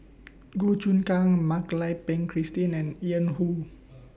Goh Choon Kang Mak Lai Peng Christine and Yan Woo